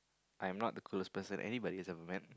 I'm not the coolest person anybody has ever met